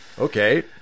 okay